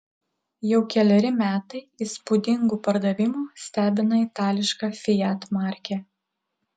jau keleri metai įspūdingu pardavimu stebina itališka fiat markė